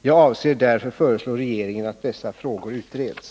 Jag avser därför föreslå regeringen att dessa frågor utreds.